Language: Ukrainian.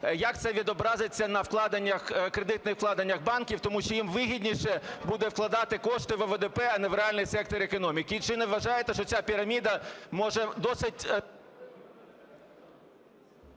як це відобразиться на вкладеннях, кредитних вкладеннях банків, тому що їм вигідніше буде вкладати кошти в ОВДП, а не в реальний сектор економіки. І чи не вважаєте, що ця піраміда може досить…